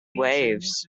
waves